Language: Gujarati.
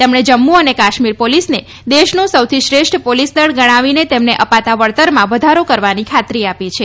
તેમણે જમ્મુ અને કાશ્મીર પોલિસને દેશનું સૌથી શ્રેષ્ઠ પોલીસ દળ ગણાવીને તેમને અપાતા વળતરમાં વધારો કરવાની ખાતરી આપી છે